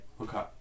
Okay